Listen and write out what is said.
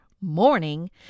morning